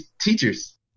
teachers